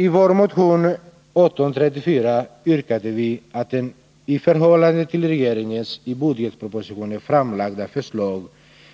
I vår motion 1834 yrkade vi att ett i förhållande till regeringens i budgetpropositionen framlagda förslag